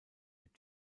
wird